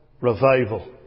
revival